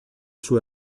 suo